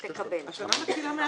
השנה מתחילה מעכשיו.